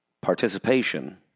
participation